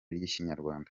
ry’ikinyarwanda